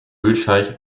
ölscheich